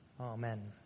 Amen